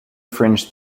fringe